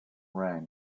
rang